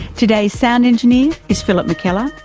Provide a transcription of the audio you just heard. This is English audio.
today's sound engineer is phillip mckellar.